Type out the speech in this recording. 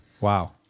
Wow